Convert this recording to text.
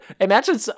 imagine